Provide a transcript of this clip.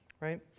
right